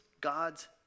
God's